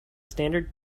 standard